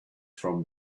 from